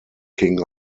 king